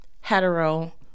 hetero